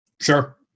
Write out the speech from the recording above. Sure